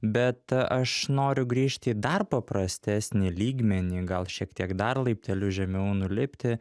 bet aš noriu grįžti į dar paprastesnį lygmenį gal šiek tiek dar laipteliu žemiau nulipti